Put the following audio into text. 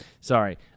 sorry